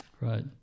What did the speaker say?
Right